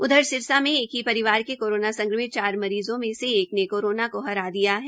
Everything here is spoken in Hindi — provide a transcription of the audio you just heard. उधर सिरसा में एक ही परिवार के कोरोना संक्रमित चार मरीज़ों में से एक ने कोरोना को हरा दिया है